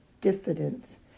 diffidence